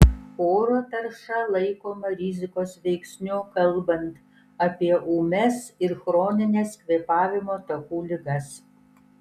oro tarša laikoma rizikos veiksniu kalbant apie ūmias ir chronines kvėpavimo takų ligas